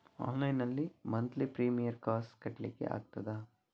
Online ನಲ್ಲಿ monthly premium ಕಾಸ್ ಕಟ್ಲಿಕ್ಕೆ ಆಗ್ತದಾ?